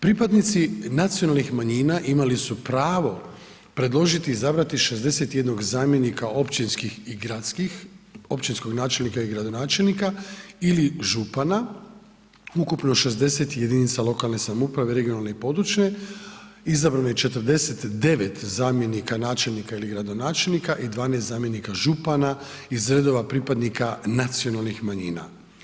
Pripadnici nacionalnih manjina imali su pravo predložiti, izabrati 61 zamjenika općinskih i gradskih, općinskog načelnika i gradonačelnika ili župana, ukupno 60 jedinica lokalne samouprave, regionalne i područne, izabrano je 49 zamjenika načelnika ili gradonačelnika i 12 zamjenika župana iz redova pripadnika nacionalnih manjina.